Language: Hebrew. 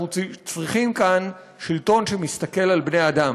אנחנו צריכים כאן שלטון שמסתכל על בני-אדם.